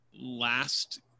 last